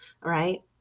right